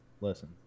listen